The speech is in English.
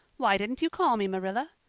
why didn't you call me, marilla?